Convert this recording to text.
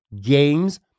games